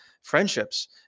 friendships